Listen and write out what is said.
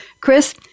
Chris